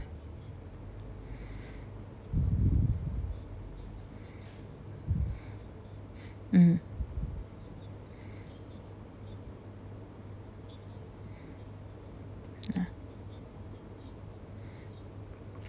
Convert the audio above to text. mm ah